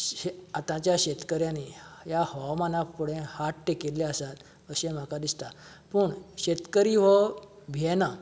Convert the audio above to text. शे आताच्या शेतकऱ्यांनी ह्या हवामाना फुडें हात टेकिल्ले आसात अशें म्हाका दिसता पूण शेतकरी हो भियेना